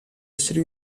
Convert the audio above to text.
esseri